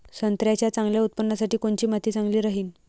संत्र्याच्या चांगल्या उत्पन्नासाठी कोनची माती चांगली राहिनं?